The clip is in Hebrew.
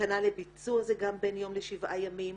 המתנה לביצוע זה גם בין יום לשבעה ימים.